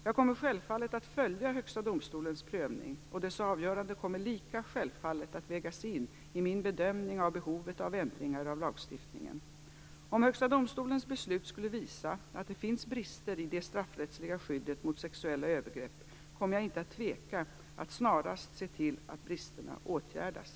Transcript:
Jag kommer självfallet att följa Högsta domstolens prövning, och dess avgörande kommer lika självfallet att vägas in i min bedömning av behovet av ändringar av lagstiftningen. Om Högsta domstolens beslut skulle visa att det finns brister i det straffrättsliga skyddet mot sexuella övergrepp kommer jag inte att tveka att snarast se till att bristerna åtgärdas.